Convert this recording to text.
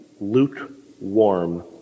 lukewarm